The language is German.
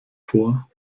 vor